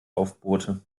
aufbohrte